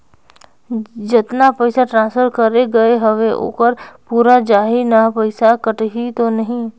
जतना पइसा ट्रांसफर करे गये हवे ओकर पूरा जाही न पइसा कटही तो नहीं?